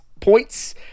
points